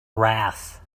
wrath